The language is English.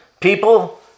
people